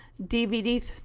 DVD